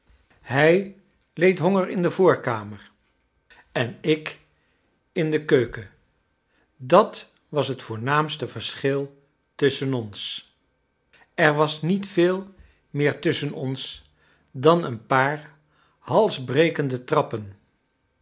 hij leed honger in de voorkamer en ik in de keuken dat was het voornaamste verschil tusschen ons er was niet veel meer tussschen ons dan een paar halsbrekende trappen